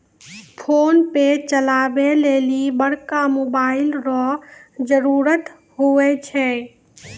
PhonePe चलबै लेली बड़का मोबाइल रो जरुरत हुवै छै